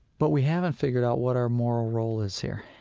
but we haven't figured out what our moral role is here,